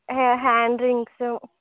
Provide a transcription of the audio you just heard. హ్యా hand rings